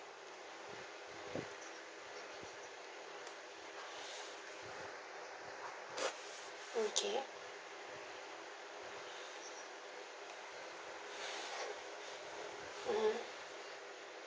okay mmhmm